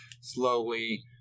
slowly